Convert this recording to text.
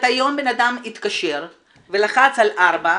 שהיום בן אדם התקשר ולחץ על 4,